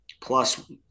plus